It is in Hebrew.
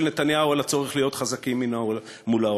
נתניהו על הצורך להיות חזקים מול העולם.